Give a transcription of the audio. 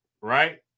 right